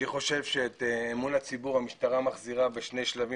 אני חושב שאת אמון הציבור המשטרה מחזירה בשני שלבים,